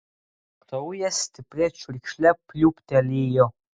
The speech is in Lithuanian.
kraujas stipria čiurkšle pliūptelėjo